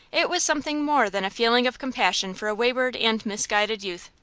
it was something more than a feeling of compassion for a wayward and misguided youth.